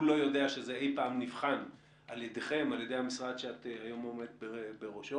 הוא לא יודע שזה אי פעם נבחן על ידי המשרד שאת היום עומדת בראשו.